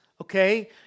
okay